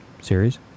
series